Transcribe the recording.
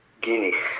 Guinness